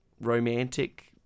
romantic